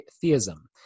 theism